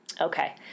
Okay